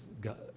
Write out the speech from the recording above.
God